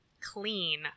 clean